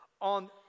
On